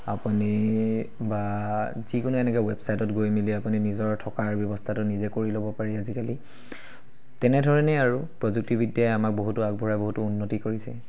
আপুনি বা যিকোনো এনেকুৱা ৱেবচাইটত গৈ মেলি আপুনি নিজৰ থকাৰ ব্যৱস্থাটো নিজে কৰি ল'ব পাৰি আজিকালি তেনেধৰণেই আৰু প্ৰযুক্তিবিদ্যাই আমাক বহুতো আগবঢ়াই বহুতো উন্নতি কৰিছে